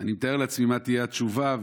אני מתאר לעצמי מה תהיה התשובה,